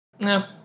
No